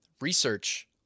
research